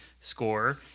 score